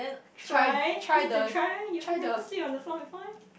try need to try meh you've never sleep on the floor before meh